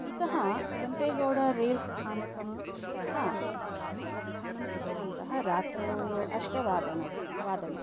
इतः केम्पेगौड रैल् स्थानकं तः प्रस्थानं कृतवन्तः रात्रौ अष्ट अष्टवादने